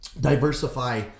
diversify